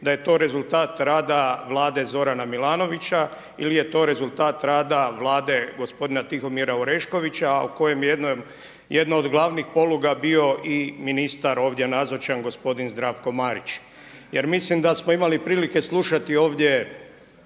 da je to rezultat rada vlade Zorana Milanovića ili je to rezultat rada vlade gospodina Tihomira Oreškovića kojem je jedna od glavnih poluga bio i ministar ovdje nazočan gospodin Zdravko Marić. Jer mislim da smo imali prilike slušati ovdje